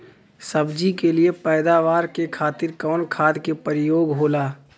सब्जी के लिए पैदावार के खातिर कवन खाद के प्रयोग होला?